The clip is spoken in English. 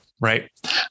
Right